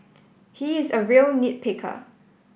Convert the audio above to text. he is a real nit picker